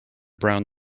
brown